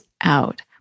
out